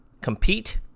compete